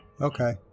Okay